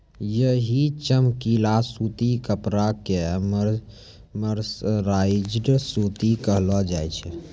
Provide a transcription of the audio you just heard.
यही चमकीला सूती कपड़ा कॅ मर्सराइज्ड सूती कहलो जाय छै